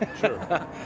Sure